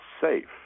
safe